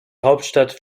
hauptstadt